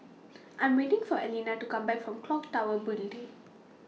I'm waiting For Alina to Come Back from Clock Tower Building D